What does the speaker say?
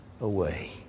away